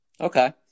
Okay